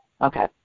Okay